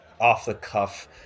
off-the-cuff